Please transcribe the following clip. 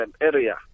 area